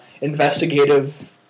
investigative